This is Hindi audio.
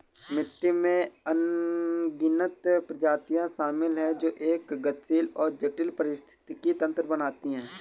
मिट्टी में अनगिनत प्रजातियां शामिल हैं जो एक गतिशील और जटिल पारिस्थितिकी तंत्र बनाती हैं